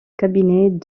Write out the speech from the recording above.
cabinet